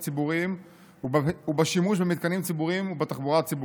ציבוריים ובשימוש במתקנים ציבוריים ובתחבורה ציבורית.